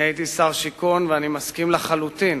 הייתי שר השיכון, ואני מסכים לחלוטין